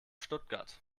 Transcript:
stuttgart